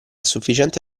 sufficiente